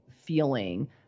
feeling